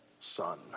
Son